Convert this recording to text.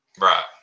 Right